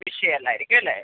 വിഷയം അല്ലായിരിക്കും അല്ലേ